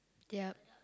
yup